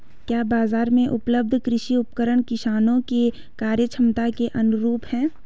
क्या बाजार में उपलब्ध कृषि उपकरण किसानों के क्रयक्षमता के अनुरूप हैं?